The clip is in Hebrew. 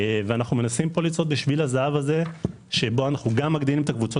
אנו מנסים לצעוד בשביל הזהב שבו אנו גם מגדילים את הקבוצות